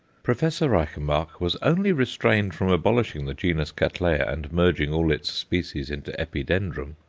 professor reichenbach was only restrained from abolishing the genus cattleya, and merging all its species into epidendrum,